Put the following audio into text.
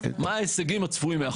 מה ההישגים הצפויים מהחוק.